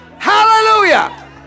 Hallelujah